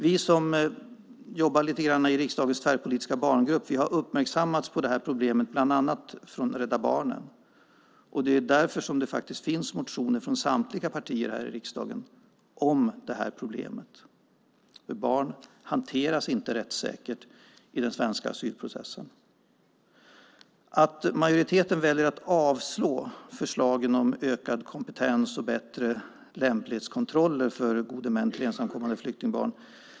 Vi som jobbar lite grann i riksdagens tvärpolitiska barngrupp har uppmärksammats på det här problemet, bland annat från Rädda Barnen. Det är därför det finns motioner från samtliga partier här i riksdagen om problemet. Barn hanteras inte rättssäkert i den svenska asylprocessen. Majoriteten väljer att avslå förslagen om ökad kompetens och bättre lämplighetskontroller för gode män till ensamkommande flyktingbarn.